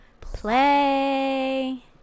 Play